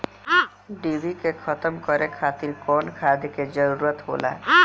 डिभी के खत्म करे खातीर कउन खाद के जरूरत होला?